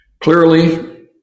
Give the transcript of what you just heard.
Clearly